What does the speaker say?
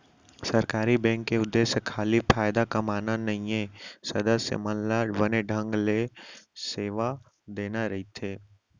सहकारी बेंक के उद्देश्य खाली फायदा कमाना नइये, सदस्य मन ल बने ढंग ले सेवा देना रइथे